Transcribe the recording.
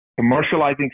commercializing